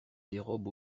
dérobe